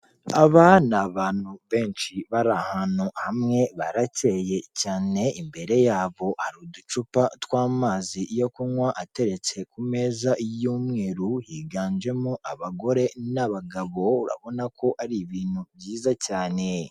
Abana ni abantu benshi bari ahantu hamwe baracye cyane imbere yabo hari uducupa tw'amazi yo kunywa ateretse ku meza y'umweru higanjemo abagore n'abagabo urabona ko ari ibintu byiza cyane.